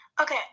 Okay